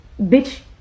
bitch